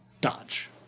dodge